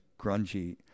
grungy